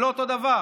זה לא אותו הדבר.